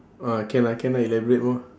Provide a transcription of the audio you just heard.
ah can lah can lah elaborate more